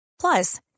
Plus